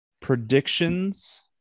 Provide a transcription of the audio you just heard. Predictions